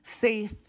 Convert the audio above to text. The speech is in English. safe